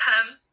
come